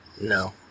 no